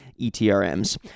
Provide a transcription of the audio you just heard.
ETRMs